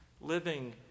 living